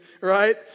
right